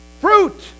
Fruit